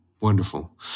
Wonderful